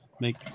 make